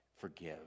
forgive